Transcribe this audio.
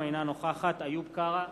אינה נוכחת איוב קרא,